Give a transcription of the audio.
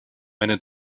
meine